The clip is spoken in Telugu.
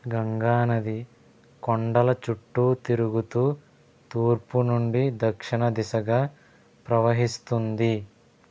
గంగా నది కొండల చుట్టూ తిరుగుతూ తూర్పు నుండి దక్షణ దిశగా ప్రవహిస్తుంది